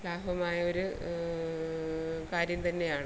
ലാഭമായൊരു കാര്യം തന്നെയാണ്